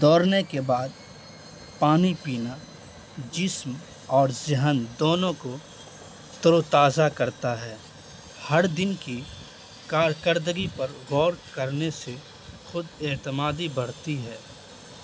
دوڑنے کے بعد پانی پینا جسم اور ذہن دونوں کو تر و تازہ کرتا ہے ہر دن کی کارکردگی پر غور کرنے سے خود اعتمادی بڑھتی ہے